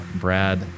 brad